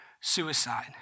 suicide